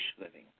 living